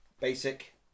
Basic